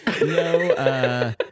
no